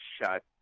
shut